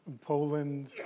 Poland